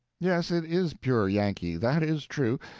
yes, it is pure yankee that is true.